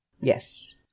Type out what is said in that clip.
Yes